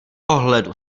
ohledu